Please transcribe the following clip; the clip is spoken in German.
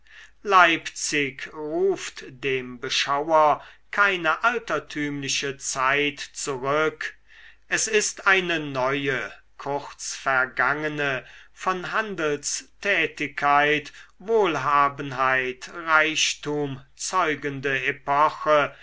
leipzig ruft dem beschauer keine altertümliche zeit zurück es ist eine neue kurz vergangene von handelstätigkeit wohlhabenheit reichtum zeugende epoche